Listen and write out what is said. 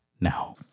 now